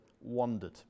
wandered